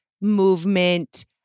movement